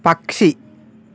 పక్షి